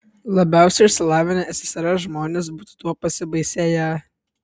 labiausiai išsilavinę ssrs žmonės būtų tuo pasibaisėję